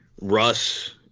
Russ